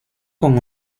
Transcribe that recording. con